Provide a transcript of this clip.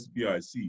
SBIC